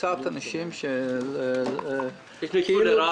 קבוצת אנשים שהגיעו ל-100,